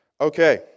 Okay